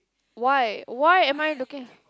why why am I looking